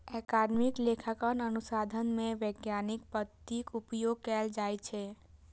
अकादमिक लेखांकन अनुसंधान मे वैज्ञानिक पद्धतिक उपयोग कैल जाइ छै